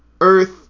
earth